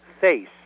face